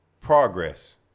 Progress